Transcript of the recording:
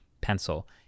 pencil